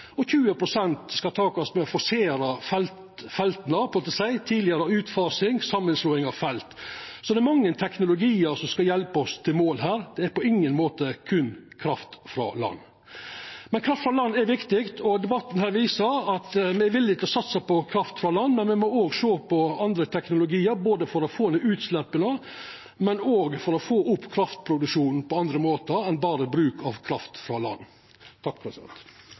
og 20 pst. skal takast ved å forsera felta, tidlegare utfasing, samanslåing av felt. Så det er mange teknologiar som skal hjelpa oss til mål her. Det er på ingen måte berre kraft frå land, men kraft frå land er viktig. Debatten her viser at me er villige til å satsa på kraft frå land, men me må òg sjå på andre teknologiar, både for å få ned utsleppa og for å få opp kraftproduksjonen på andre måtar enn berre ved bruk av kraft frå land.